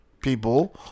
People